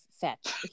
fetch